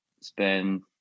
spend